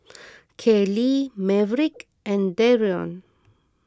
Kayley Maverick and Darion